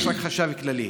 יש רק חשב כללי.